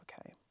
Okay